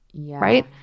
right